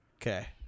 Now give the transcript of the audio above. Okay